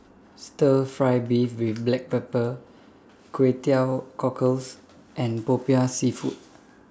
Stir Fry Beef with Black Pepper Kway Teow Cockles and Popiah Seafood